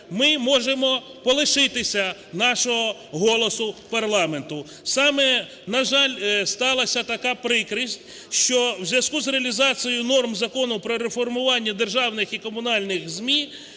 ми можемо полишитися нашого голосу парламенту. Саме, на жаль, сталася така прикрість, що у зв'язку з реалізацією норм Закону про реформування державних і комунальних ЗМІ